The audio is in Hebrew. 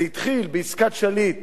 זה התחיל בעסקת שליט,